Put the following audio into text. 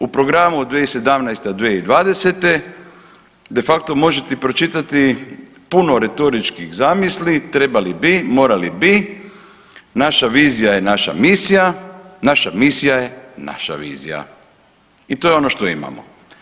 U programu 2017.-2020. de facto možete pročitati puno retoričkih zamisli, trebali bi, morali bi, naša vizija je naša misija, naša misija je naša vizija i to je ono što imamo.